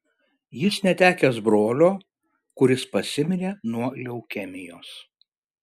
jis netekęs brolio kuris pasimirė nuo leukemijos